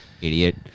idiot